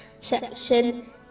section